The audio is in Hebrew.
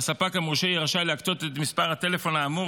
והספק המורשה יהיה רשאי להקצות את מספר הטלפון האמור